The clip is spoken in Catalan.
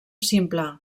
simple